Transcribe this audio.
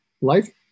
life